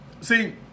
see